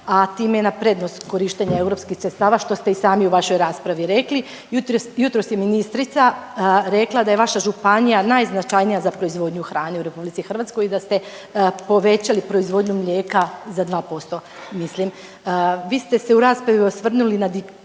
a time na prednost korištenja europskih sredstava što ste i sami u svojoj raspravi rekli. Jutros je ministrica rekla da je vaša županija najznačajnija za proizvodnju hrane u RH i da ste povećali proizvodnju mlijeka za 2% mislim. Vi ste se u raspravi osvrnuli na